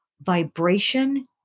vibration